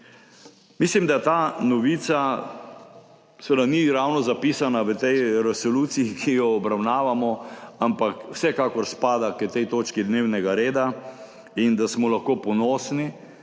Mislim, da ta novica seveda ni ravno zapisana v tej resoluciji, ki jo obravnavamo, ampak vsekakor spada k tej točki dnevnega reda, in da smo lahko ponosni,